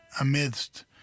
amidst